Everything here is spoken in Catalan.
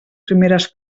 primeres